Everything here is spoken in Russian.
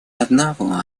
одного